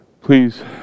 Please